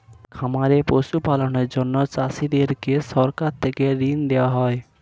খামারে পশু পালনের জন্য চাষীদেরকে সরকার থেকে ঋণ দেওয়া হয়